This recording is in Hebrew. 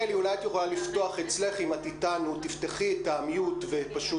הרמקול ותדברי.